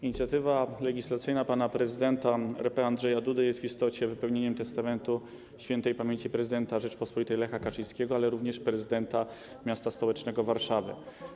Inicjatywa legislacyjna pana prezydenta RP Andrzeja Dudy jest w istocie wypełnieniem testamentu śp. prezydenta Rzeczypospolitej Lecha Kaczyńskiego, który był również prezydentem miasta stołecznego Warszawy.